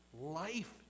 life